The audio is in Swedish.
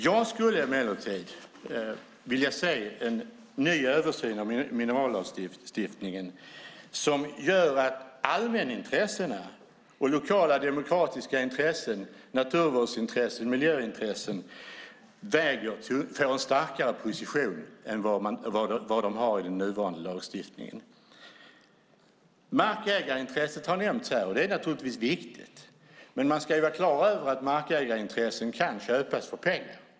Jag skulle emellertid vilja se en ny översyn av minerallagstiftningen som gör att allmänintressena, lokala demokratiska intressen, naturvårdsintressen och miljövårdsintressen får en starkare position än vad de har i den nuvarande lagstiftningen. Markägarintresset har nämnts här, och det är naturligtvis viktigt. Men man ska vara klar över att markägarintresset kan köpas för pengar.